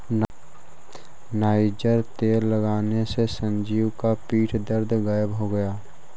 niger तेल लगाने से संजीव का पीठ दर्द गायब हो गया